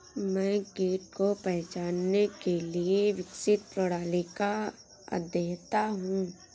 मैं कीट को पहचानने के लिए विकसित प्रणाली का अध्येता हूँ